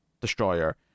destroyer